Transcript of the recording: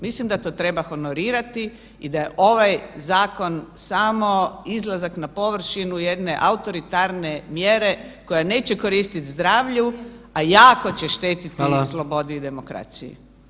Mislim da to treba honorirati i da je ovaj zakon samo izlazak na površinu jedne autoritarne mjere koja neće koristit zdravlju, a jako će štetiti [[Upadica: Hvala]] slobodi i demokraciji.